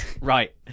Right